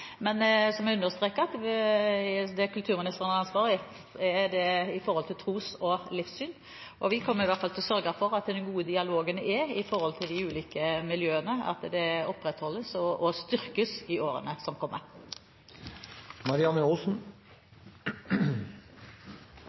Men så må jeg understreke at der kulturministeren har ansvaret, er på området tros- og livssyn. Vi kommer i hvert fall til å sørge for at den gode dialogen med de ulike miljøene opprettholdes og styrkes i årene som kommer.